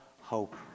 hope